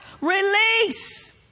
release